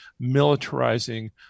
militarizing